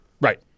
Right